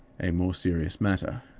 a more serious matter.